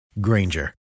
Granger